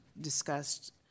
discussed